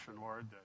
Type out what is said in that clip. Lord